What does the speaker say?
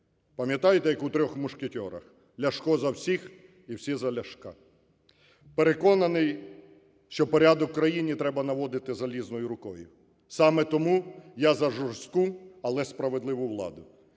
Пам'ятаєте, як у трьох мушкетерах? Ляшко - за всіх і всі - за Ляшка. Переконаний, що порядок в країні треба наводити залізною рукою. Саме тому я за жорстку, але справедливу владу,